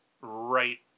right